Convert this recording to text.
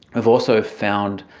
we've also found,